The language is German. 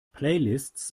playlists